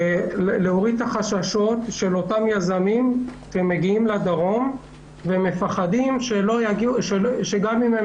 להוריד את החששות של אותם יזמים שמגיעים לדרום ומפחדים שגם אם הם